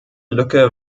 lücke